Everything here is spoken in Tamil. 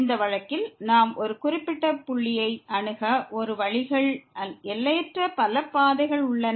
இந்த வழக்கில் நாம் ஒரு குறிப்பிட்ட புள்ளியை அணுக ஒரு வழியில் எல்லையற்ற பல பாதைகள் உள்ளன